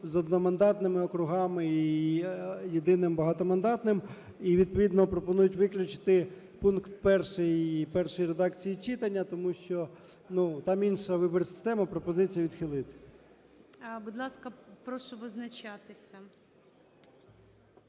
з одномандатними округами і єдиним багатомандатним. І, відповідно, пропонують виключити пункт 1 першої редакції читання, тому що, ну, там інша виборча система. Пропозиція відхилити. ГОЛОВУЮЧИЙ. Будь ласка, прошу визначатися.